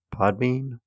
Podbean